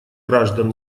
граждан